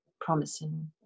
promising